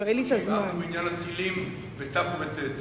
כמו שהבהרנו בעניין התלים בתי"ו ובטי"ת,